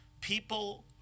People